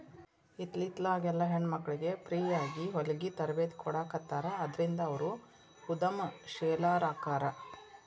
ಇತ್ತಿತ್ಲಾಗೆಲ್ಲಾ ಹೆಣ್ಮಕ್ಳಿಗೆ ಫ್ರೇಯಾಗಿ ಹೊಲ್ಗಿ ತರ್ಬೇತಿ ಕೊಡಾಖತ್ತಾರ ಅದ್ರಿಂದ ಅವ್ರು ಉದಂಶೇಲರಾಕ್ಕಾರ